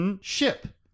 ship